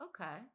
okay